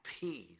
peace